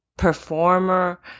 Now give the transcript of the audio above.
performer